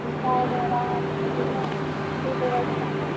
massage वगैरह और की व्यवस्था है